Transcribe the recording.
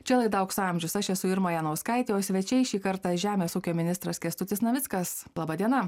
čia laida aukso amžius aš esu irma janauskaitė o svečiai šį kartą žemės ūkio ministras kęstutis navickas laba diena